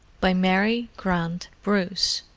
by mary grant bruce